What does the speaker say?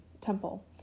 temple